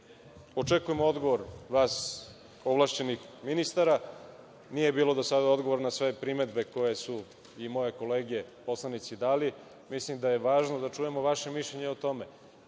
govorili. Očekujem odgovor od vas ovlašćenih ministara. Nije bilo do sada odgovora na sve primedbe koje su i moje kolege poslanici dali. Mislim da je važno da čujemo vaše mišljenje o tome